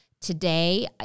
Today